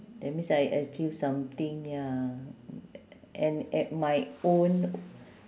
that means I achieve something ya and at my own